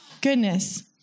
Goodness